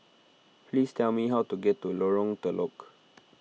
please tell me how to get to Lorong Telok